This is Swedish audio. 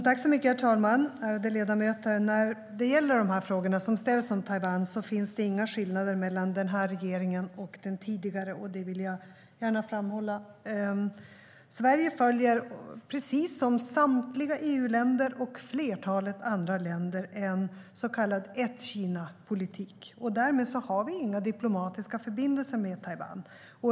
Herr talman och ärade ledamöter! När det gäller de frågor som ställs om Taiwan finns det inga skillnader mellan den här regeringen och den tidigare. Det vill jag gärna framhålla. Sverige följer, precis som samtliga EU-länder och flertalet andra länder, en så kallad ett-Kina-politik. Därmed har vi inga diplomatiska förbindelser med Taiwan.